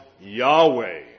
Yahweh